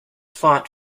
font